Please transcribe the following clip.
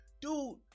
dude